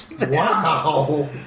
Wow